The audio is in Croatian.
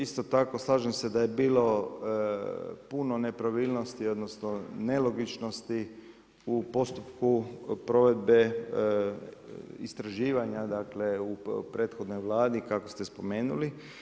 Isto tako slažem se da je bilo puno nepravilnosti odnosno nelogičnosti u postupku provedbe istraživanja, dakle u prethodnoj Vladi kako ste spomenuli.